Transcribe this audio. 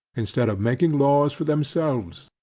instead of making laws for themselves.